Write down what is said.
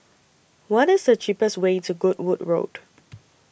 What IS The cheapest Way to Goodwood Road